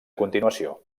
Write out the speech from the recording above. continuació